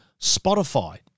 Spotify